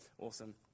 awesome